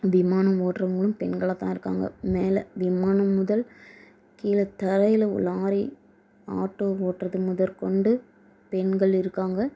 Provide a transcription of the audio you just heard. விமானம் ஓட்டுறவங்களும் பெண்களாக தான் இருக்காங்க மேலே விமானம் முதல் கீழே தரையில் லாரி ஆட்டோ ஓட்டுவது முதற்கொண்டு பெண்கள் இருக்காங்க